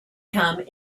come